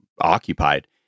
occupied